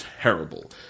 terrible